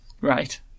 Right